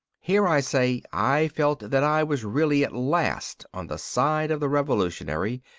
here, i say, i felt that i was really at last on the side of the revolutionary.